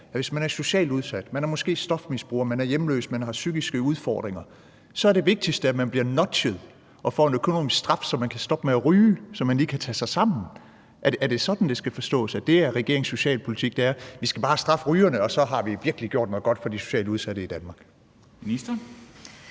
hvis man er socialt udsat, man er måske stofmisbruger, man er hjemløs, man har psykiske udfordringer, så er det vigtigste, at man bliver nudget og får en økonomisk straf, så man kan stoppe med at ryge, så man lige kan tage sig sammen? Er det sådan, det skal forstås, altså at regeringens socialpolitik er, at vi skal bare straffe rygerne, og så har vi virkelig gjort noget godt for de socialt udsatte i Danmark? Kl.